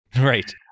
right